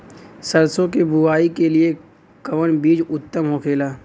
सरसो के बुआई के लिए कवन बिज उत्तम होखेला?